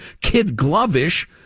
kid-glovish